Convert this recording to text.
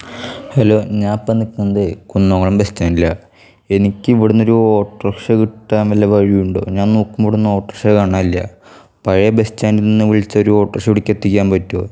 hello ഞാൻ ഇപ്പോൾ നിൽക്കുന്നത് കുന്നംകുളം ബസ്സ്റ്റാൻഡിലാണ് എനിക്ക് ഇവിടെ നിന്നൊരു ഓട്ടോറിക്ഷ കിട്ടാൻ വല്ല വഴിയുമുണ്ടോ ഞാൻ നോക്കുമ്പോൾ ഇവിടെ നിന്ന് ഓട്ടോറിക്ഷ കാണാനില്ല പഴയ ബസ്സ്റ്റാൻഡിൽ നിന്ന് വിളിച്ച് ഒരു ഓട്ടോറിക്ഷ ഇവിടെക്ക് എത്തിക്കാൻ പറ്റുമോ